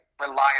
reliable